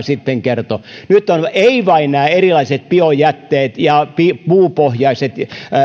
sitten kertoi täällä nyt eivät ole vain nämä erilaiset biojätteet ja puupohjaiset